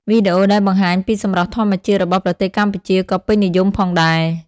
វីដេអូដែលបង្ហាញពីសម្រស់ធម្មជាតិរបស់ប្រទេសកម្ពុជាក៏ពេញនិយមផងដែរ។